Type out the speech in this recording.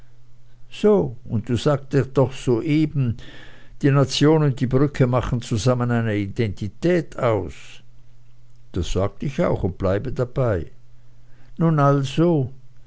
so und doch sagtest du soeben die nation und die brücke machen zusammen eine identität aus das sagt ich auch und bleibe dabei nun also